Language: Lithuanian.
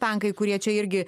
tankai kurie čia irgi